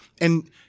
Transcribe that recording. And-